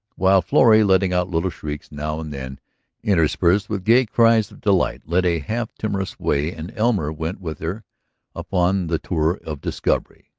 while florrie, letting out little shrieks now and then interspersed with gay cries of delight, led a half-timorous way and elmer went with her upon the tour of discovery,